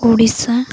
Odisha